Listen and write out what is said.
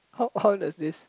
how how does this